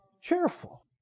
Cheerful